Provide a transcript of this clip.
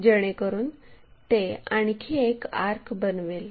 जेणेकरून ते आणखी एक आर्क बनवेल